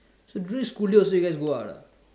so during school days also you guys go out ah